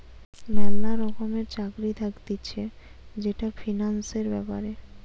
ম্যালা রকমের চাকরি থাকতিছে যেটা ফিন্যান্সের ব্যাপারে